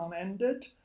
unended